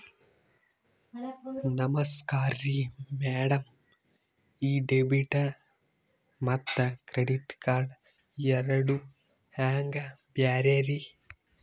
ನಮಸ್ಕಾರ್ರಿ ಮ್ಯಾಡಂ ಈ ಡೆಬಿಟ ಮತ್ತ ಕ್ರೆಡಿಟ್ ಕಾರ್ಡ್ ಎರಡೂ ಹೆಂಗ ಬ್ಯಾರೆ ರಿ?